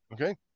Okay